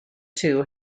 two